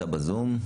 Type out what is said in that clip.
בזום,